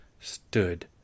stood